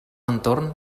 entorn